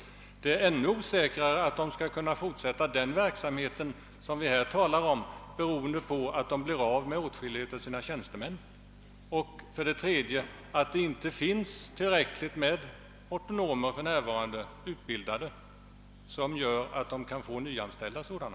Och det är ännu osäkrare att de skall kunna fortsätta den verksamhet, som vi här talar om, av den anledningen att de mister åtskilliga av sina tjänstemän. Vidare finns det för närvarande inte tillräckligt med utbildade hortonomer för att sällskapen skall kunna nyanställa sådana.